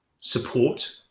support